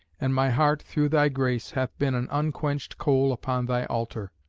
and my heart, through thy grace, hath been an unquenched coal upon thy altar.